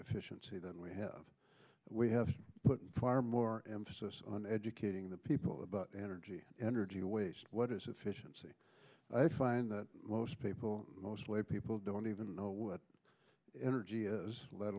efficiency than we have we have put far more emphasis on educating the people about energy energy waste what is efficiency i find that most people most lay people don't even know what energy is let